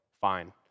fine